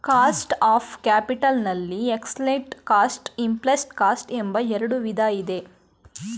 cost of capital ನಲ್ಲಿ explicit cost, implicit cost ಎಂಬ ಎರಡು ವಿಧ ಇದೆ